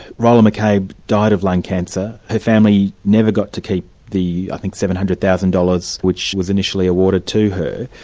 rolah mccabe died of lung cancer, her family never got to keep the i think seven hundred thousand dollars which was initially awarded to her,